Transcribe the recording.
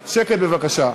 שקט, בבקשה.